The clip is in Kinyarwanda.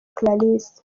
clarisse